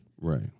Right